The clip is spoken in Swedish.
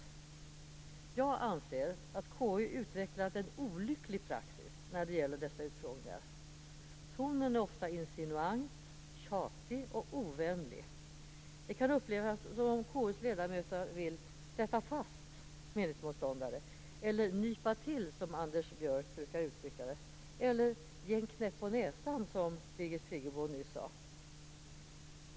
Jag anser att KU utvecklat en olycklig praxis när det gäller dessa utfrågningar. Tonen är oftast insinuant, tjatig och ovänlig. Det kan upplevas som om KU:s ledamöter vill "sätta fast" meningsmotståndare eller "nypa till", som Anders Björck brukar uttrycka det eller "ge en knäpp på näsan", som Birgit Friggebo nyss sade.